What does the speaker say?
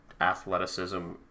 athleticism